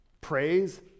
praise